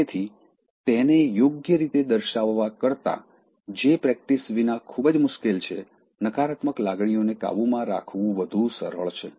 તેથી તેને યોગ્ય રીતે દર્શાવવા કરતાં જે પ્રેક્ટિસ વિના ખૂબ જ મુશ્કેલ છે નકારાત્મક લાગણીઓને કાબૂમાં રાખવું વધુ સરળ છે